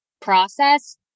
process